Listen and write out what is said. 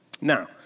Now